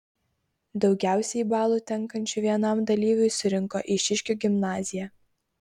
daugiausiai balų tenkančių vienam dalyviui surinko eišiškių gimnazija